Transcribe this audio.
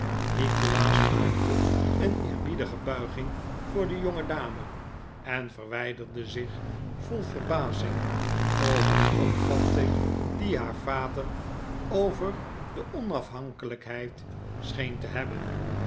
nikolaas maakte een eerbiedige buiging voor de jongedame en verwijderde zich vol verbazing over de opvatting die haar vader over de onafhankelijkheid scheen te hebben